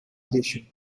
addition